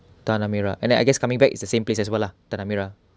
Tanah Merah and then I guess coming back is the same place as well lah Tanah Merah